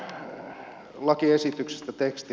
tästä lakiesityksestä teksti